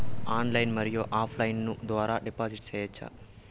Online మరియు offline ద్వారా డిపాజిట్లు సేయొచ్చా?